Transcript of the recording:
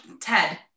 Ted